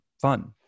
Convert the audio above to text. fun